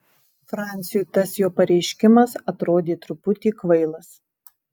franciui tas jo pareiškimas atrodė truputį kvailas